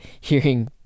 hearing